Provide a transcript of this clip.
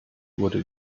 wurde